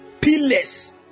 pillars